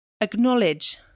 acknowledge